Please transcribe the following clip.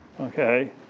okay